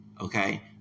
okay